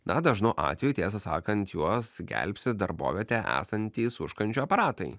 na dažnu atveju tiesą sakant juos gelbsti darbovietė esantys užkandžių aparatai